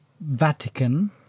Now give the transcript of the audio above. Vatican